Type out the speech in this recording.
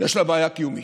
יש לה בעיה קיומית.